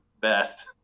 best